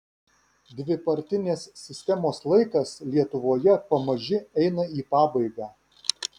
dvipartinės sistemos laikas lietuvoje pamaži eina į pabaigą